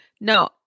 no